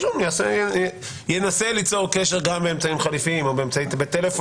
צריך לרשום שינסה ליצור קשר גם באמצעים חליפיים או בטלפון.